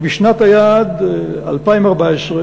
ובשנת היעד 2014,